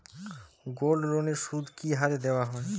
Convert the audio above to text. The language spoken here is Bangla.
গোল্ডলোনের সুদ কি হারে দেওয়া হয়?